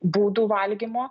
būdų valgymo